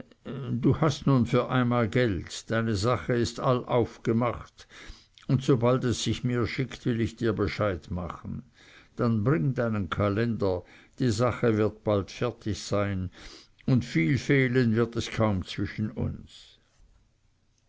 du hast nun für einmal geld deine sache ist all aufgemacht und sobald es sich mir schickt will ich dir bescheid machen dann bring deinen kalender die sache wird bald fertig sein und viel fehlen wird es kaum zwischen uns